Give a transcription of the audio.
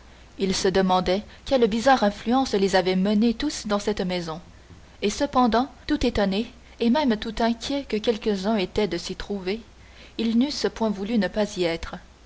ils se demandaient quelle bizarre influence les avait menés tous dans cette maison et cependant tout étonnés et même tout inquiets que quelques-uns étaient de s'y trouver ils n'eussent point voulu ne pas y être